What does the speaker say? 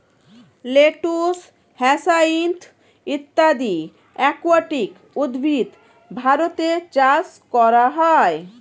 lettuce, hyacinth ইত্যাদি aquatic উদ্ভিদ ভারতে চাষ করা হয়